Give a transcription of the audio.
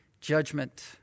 judgment